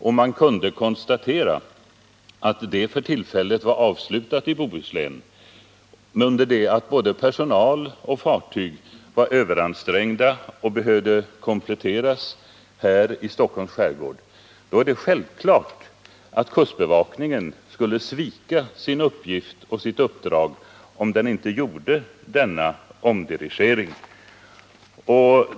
När man kunde konstatera att det arbetet för tillfället var avslutat i Bohuslän, under det att både personal och fartyg var överansträngda och behövde kompletteras i Stockholms skärgård, skulle kustbevakningen ha svikit sin uppgift om den inte hade gjort denna omdirigering.